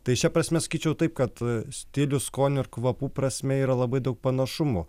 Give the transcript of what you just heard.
tai šia prasme sakyčiau taip kad stilių skonių ir kvapų prasme yra labai daug panašumų